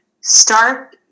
start